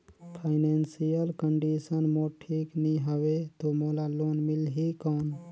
Financial condition मोर ठीक नी हवे तो मोला लोन मिल ही कौन??